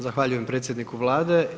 Zahvaljujem predsjedniku Vlade.